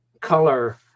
color